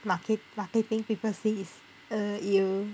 market~ marketing people say is err you